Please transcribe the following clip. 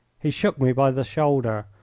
he shook me by the shoulder,